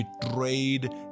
betrayed